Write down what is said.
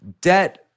debt-